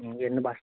ఎన్ని బస్